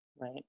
Right